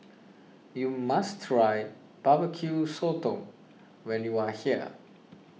you must try Barbecue Sotong when you are here